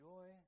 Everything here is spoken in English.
Joy